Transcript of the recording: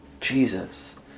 Jesus